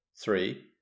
Three